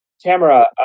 Tamara